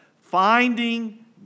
Finding